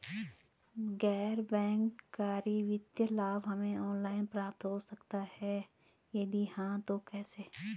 गैर बैंक करी वित्तीय लाभ हमें ऑनलाइन प्राप्त हो सकता है यदि हाँ तो कैसे?